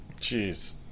Jeez